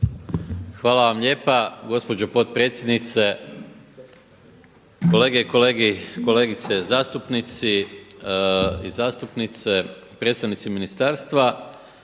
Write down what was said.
Hvala vam lijepa gospođo potpredsjednice, kolegice i kolege zastupnice i zastupnici, predstavnici ministarstva.